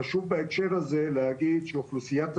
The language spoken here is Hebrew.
בבקשה אל תתנו לכללית ולמשרד הבריאות להגיע להבנות מנותקות מכל המיפוי